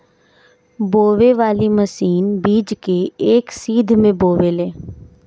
बोवे वाली मशीन बीज के एक सीध में बोवेले